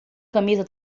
camisa